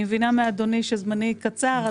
אני מבינה מאדוני שזמני קצר.